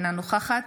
אינה נוכחת